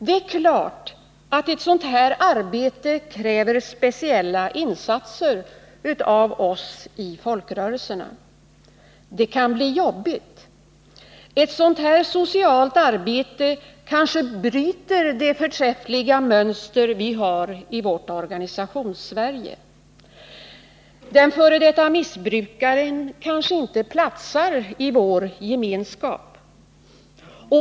Det är klart att ett sådant här arbete kräver speciella insatser av oss i folkrörelserna. Det kan bli jobbigt. Ett sådant socialt arbete kanske bryter det förträffliga mönster vi har i vårt Organisationssverige. Den f.d. missbrukaren kanske inte platsar i vår gemenskap.